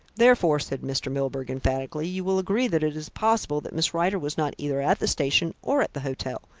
therefore, said mr. milburgh emphatically, you will agree that it is possible that miss rider was not either at the station or at the hotel,